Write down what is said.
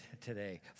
today